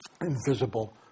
invisible